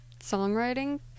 songwriting